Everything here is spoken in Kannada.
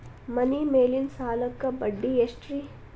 ಮನಿ ಮೇಲಿನ ಸಾಲಕ್ಕ ಬಡ್ಡಿ ಎಷ್ಟ್ರಿ?